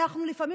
אנחנו לפעמים